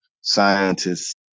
scientists